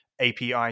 API